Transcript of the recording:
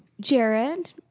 Jared